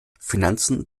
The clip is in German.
finanzen